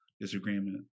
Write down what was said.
disagreement